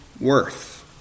worth